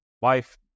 Wife